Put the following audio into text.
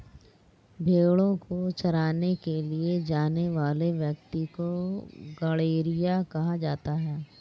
भेंड़ों को चराने के लिए ले जाने वाले व्यक्ति को गड़ेरिया कहा जाता है